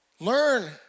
Learn